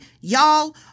y'all